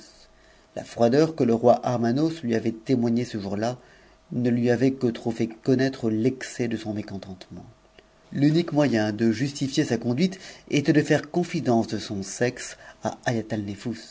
la froideur que le roi armanos lui avait témoignée ce jour-là ne lui avait que trop fait conuaitre l'excès de son mécontentement l'unique moyen de justifier sa conduit était de faire confidence de son sexe à haïatalnefbus